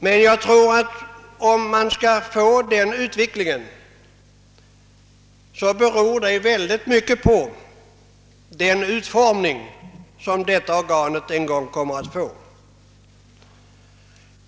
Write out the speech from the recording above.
Men om vi skall få den utvecklingen beror väldigt mycket på den utformning som organet en gång kommer att få.